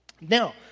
Now